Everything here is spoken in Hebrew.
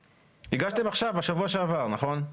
הגשתם עכשיו, בשבוע שעבר, נכון?